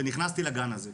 ונכנסתי לגן הזה.